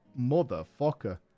Motherfucker